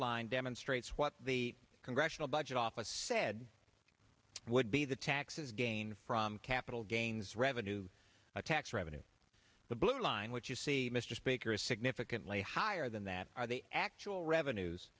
line demonstrates what the congressional budget office said would be the taxes gained from capital gains revenue a tax revenue the blue line which you see mr speaker is significantly higher than that are the actual revenues